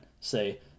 say